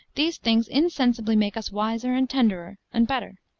these things insensibly make us wiser and tenderer, and better.